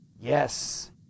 Yes